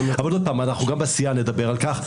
עוד פעם, גם בסיעה אנחנו נדבר על כך.